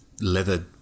leather